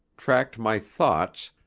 tracked my thoughts,